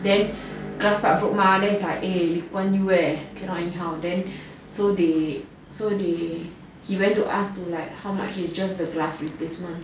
then glass part broke mah then its like eh lee kuan yew eh cannot anyhow then so they he went to ask like how much just the glass replacement